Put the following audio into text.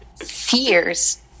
fears